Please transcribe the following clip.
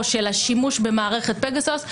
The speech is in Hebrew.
או של השימוש במערכת פגסוס,